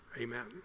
Amen